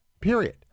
period